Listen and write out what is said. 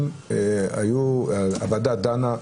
שהוועדה דנה,